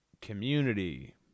community